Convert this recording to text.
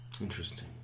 Interesting